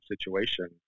situation